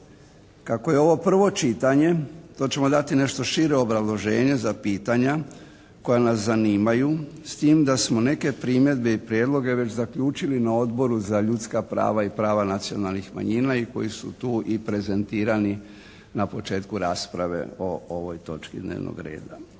Kako je ovo prvo čitanje to ćemo dati nešto šire obrazloženje za pitanja koja nas zanimaju s tim da smo neke primjedbe i prijedloge već zaključili na Odboru za ljudska prava i prava nacionalnih manjina i koji su tu i prezentirani na početku rasprave o ovoj točci dnevnog reda.